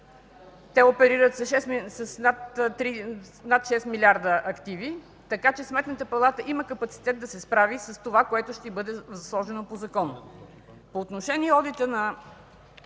те оперират с над 6 милиарда активи. Така че Сметната палата има капацитет да се справи с това, което ще й бъде възложено по закон.